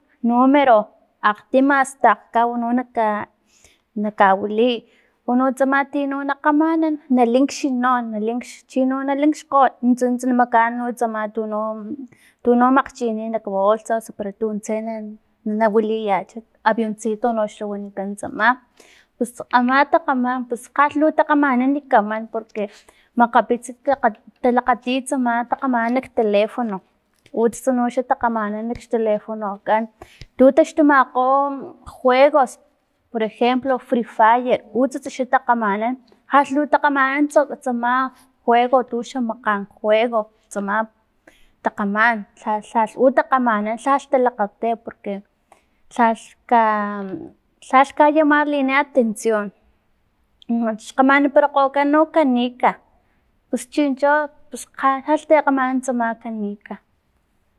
Numero akgtin asta akgkaw no naka nakawiliy uno tsama ti no nakgamanan na linxi no na linx chino na linxkgo nunts nunts na makaan tsama tuno tuno makgchini nak bolsa osu para tuntse na- na wiliyacha avioncito noxa wanikan tsama pus ama takgaman pus lhal lu takgamanan kaman porque makgapits ta- ta lakgati tsama takgaman xtelefono utsats no xa takgamanan kxtelefonokan tu taxtumakgo juegos por ejemplo free fire utsats xa takgamanan jal lu takgamanan tsa tsama juego untu xamakan juego tsama takgaman tla tla u takgamanan lhalh talakgati porque lhal ka- lhal kayamarlina atancion xkgamananparakgokan no canica pus chincho pus lha ti kgamanan no tsamlhi canika